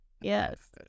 Yes